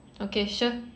okay sure